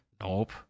Nope